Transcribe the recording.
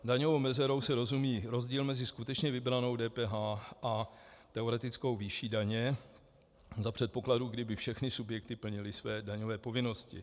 Daňovou mezerou se rozumí rozdíl mezi skutečně vybranou DPH a teoretickou výší daně za předpokladu, kdy by všechny subjekty plnily své daňové povinnosti.